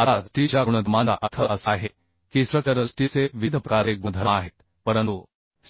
आता स्टीलच्या गुणधर्मांचा अर्थ असा आहे की स्ट्रक्चरल स्टीलचे विविध प्रकारचे गुणधर्म आहेत परंतु